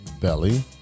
Belly